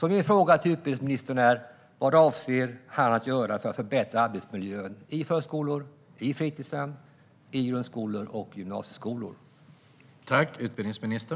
Min fråga till utbildningsministern är: Vad avser han att göra för att förbättra arbetsmiljön i förskolor, på fritidshem, i grundskolor och i gymnasieskolor?